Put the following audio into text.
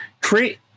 create